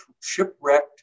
shipwrecked